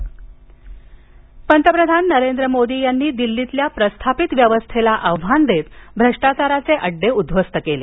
फडणवीस बहन्मंबई पंतप्रधान नरेंद्र मोदी यांनी दिल्लीतल्या प्रस्थापित व्यवस्थेला आव्हान देत भ्रष्टाचाराचे अड्डे उदध्वस्त केले